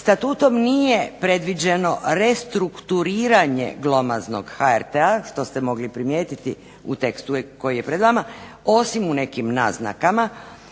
Statutom nije predviđeno restrukturiranje glomaznog HRT-a što ste mogli primijeniti u tekstu zakona osim u nekim naznakama